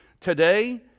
Today